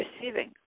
receiving